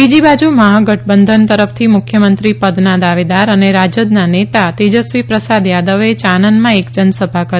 બીજી બાજુ મહાગઠબંધન તરફથી મુખ્યમંત્રી પદના દાવેદાર અને રાજદના નેતા તેજસ્વી પ્રસાદ યાદવે ચાનનમાં એક જનસભા કરી